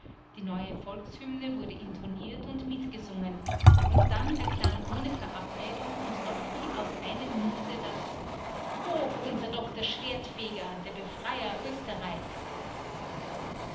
die neue volkshymne wurde intoniert und mitgesungen und dann erklang ohne verabredung und doch wie aus einem munde das hoch unser doktor schwertfeger der befreier oesterreichs